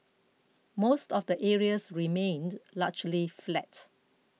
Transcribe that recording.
most of the areas remained largely flat